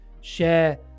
share